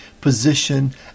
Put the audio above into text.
position